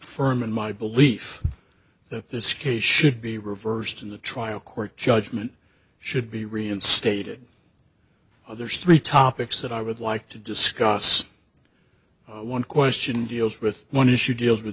firm in my belief that this case should be reversed in the trial court judgment should be reinstated others three topics that i would like to discuss one question deals with one issue deals with